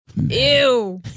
Ew